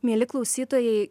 mieli klausytojai